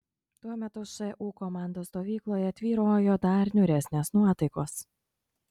tuo metu šu komandos stovykloje tvyrojo dar niūresnės nuotaikos